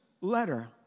letter